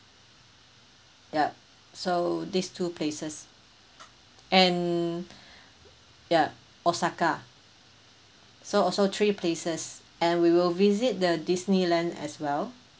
yup so these two places and ya osaka so also three places and we will visit the disneyland as well